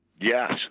Yes